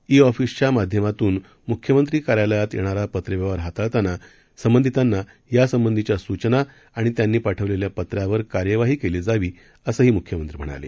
E ऑफीसच्या माध्यमातून मुख्यमंत्री कार्यालयात येणारा पत्रव्यवहार हाताळतांना संबंधितांना यासंबंधीच्या सूचना आणि त्यांनी पाठवलेल्या पत्रावर कार्यवाही केली जावी असंही मुख्यमंत्री म्हणाले